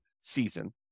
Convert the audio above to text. season